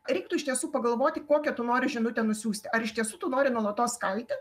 reiktų iš tiesų pagalvoti kokią tu nori žinutę nusiųsti ar iš tiesų tu nori nuolatos kalti